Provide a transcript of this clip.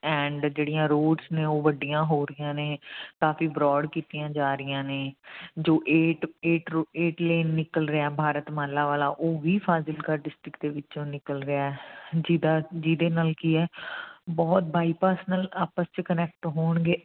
and ਜਿਹੜੀਆਂ roads ਨੇ ਉਹ ਵੱਡੀਆਂ ਹੋ ਰਹੀਆਂ ਨੇ ਕਾਫੀ ਬਰੋਡ ਕੀਤੀਆਂ ਜਾ ਰਹੀਆਂ ਨੇ ਜੋ ਏਟ ਏਟ ਏਟ ਲੇਨ ਨਿਕਲ ਰਿਹਾ ਭਾਰਤ ਮਾਲਾ ਵਾਲਾ ਉਹ ਵੀ ਫਾਜ਼ਿਲਕਾ ਡਿਸਟਰਿਕਟ ਦੇ ਵਿੱਚੋਂ ਨਿਕਲ ਰਿਹਾ ਜਿਹਦਾ ਜਿਹਦੇ ਨਾਲ ਕੀ ਹੈ ਬਹੁਤ ਬਾਈਪਾਸ ਨਾਲ ਆਪਸ 'ਚ ਕਨੈਕਟ ਹੋਣਗੇ